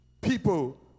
people